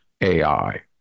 AI